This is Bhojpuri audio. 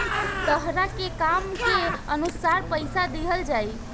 तहरा के काम के अनुसार पइसा दिहल जाइ